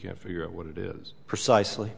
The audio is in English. can't figure out what it is precisely